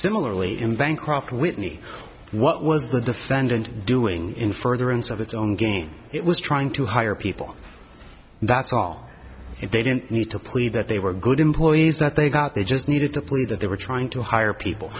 similarly in bankruptcy whitney what was the defendant doing in furtherance of its own gain it was trying to hire people that's all if they didn't need to plead that they were good employees that they got they just needed to plea that they were trying to hire people